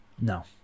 No